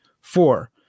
Four